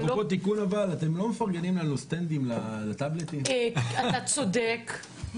אני חושבת שיש לנו כאן אירוע שחייב תיקון.